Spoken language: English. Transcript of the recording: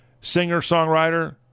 singer-songwriter